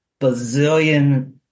bazillion